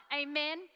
Amen